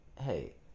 Hey